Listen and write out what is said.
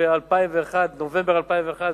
בנובמבר 2001,